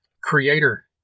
Creator